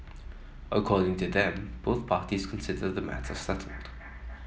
according to them both parties consider the matter settled